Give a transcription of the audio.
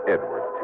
Edward